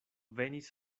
venis